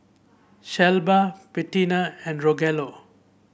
Shelba Bettina and Rogelio